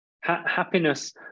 Happiness